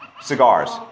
cigars